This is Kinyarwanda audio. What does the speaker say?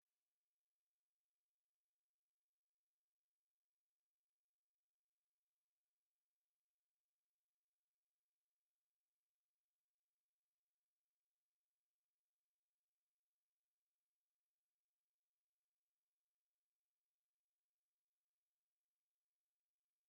Igishushanyo cyashushanyijwe n'umuhanga wabyigiye kandi ubifitiye impamya bushobozi. Gushushanya ni umwuga utunga ba nyirawo, ukabakura mu bukene, bakanabasha kwita ku miryango yabo. Inzu ishushanyije isakaje amabati y'ubururu, ibiti binini, n'ubusitani, hari n'iriba ry'amazi. Ni ishuri yashushanyije rinini.